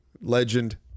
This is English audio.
legend